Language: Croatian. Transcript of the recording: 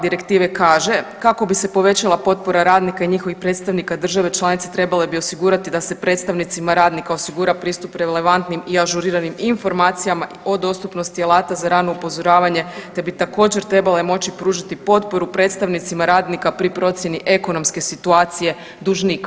Direktive kaže, kako bi se povećala potpora radnika i njihovih predstavnika, države članice trebale bi osigurati da se predstavnicima radnika osigura pristup relevantnim i ažuriranim informacijama o dostupnosti alata za rano upozoravanje te bi također, trebale moći pružiti potporu predstavnicima radnika pri procjeni ekonomske situacije dužnika.